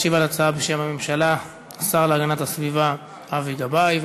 ישיב על ההצעה בשם הממשלה השר להגנת הסביבה אבי גבאי.